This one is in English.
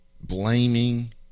blaming